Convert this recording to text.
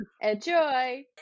Enjoy